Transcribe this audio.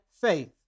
faith